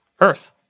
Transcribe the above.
Earth